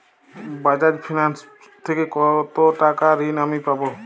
বাজাজ ফিন্সেরভ থেকে কতো টাকা ঋণ আমি পাবো?